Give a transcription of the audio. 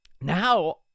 Now